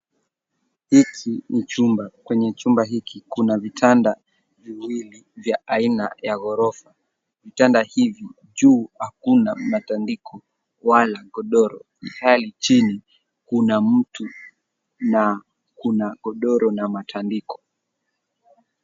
Hiki ni chumba. Kwenye chumba hiki Kuna vitanda viwili vya aina ya ghorofa. Vitanda hivi juu hakuna matandiko wala godoro. Pale chini Kuna mtu na Kuna godoro na matandiko.